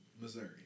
Missouri